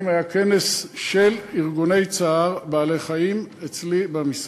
היה כנס של ארגוני צער בעלי-חיים אצלי במשרד.